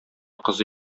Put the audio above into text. кызы